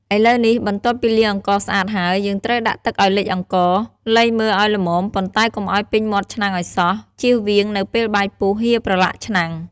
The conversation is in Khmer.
ឥឡូវនេះ បន្ទាប់ពីលាងអង្ករស្អាតហើយ យើងត្រូវដាក់ទឹកឱ្យលិចអង្ករ លៃមើលឱ្យល្មម ប៉ុន្តែកុំឱ្យពេញមាត់ឆ្នាំងឱ្យសោះ ជៀសវាង នៅពេលបាយពុះ ហៀរប្រឡាក់ឆ្នាំង។